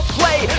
play